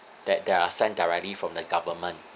that that are sent directly from the government